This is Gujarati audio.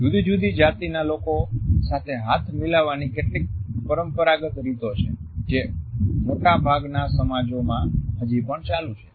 જુદી જુદી જાતિના લોકો સાથે હાથ મિલાવવાની કેટલીક પરંપરાગત રીતો છે જે મોટાભાગનાં સમાજોમાં હજી પણ ચાલુ છે